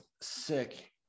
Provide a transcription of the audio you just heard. Sick